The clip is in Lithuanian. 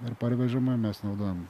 ir parvežama mes naudojam